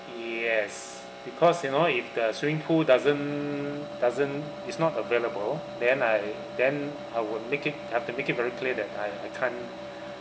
yes because you know if the swimming pool doesn't doesn't is not available then I then I would make it I have to make it very clear that I I can't